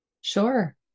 Sure